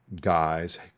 guys